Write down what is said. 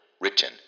written